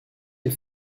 des